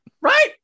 right